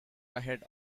ahead